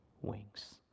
wings